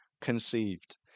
conceived